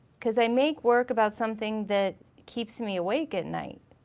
cause i make work about something that keeps me awake at night.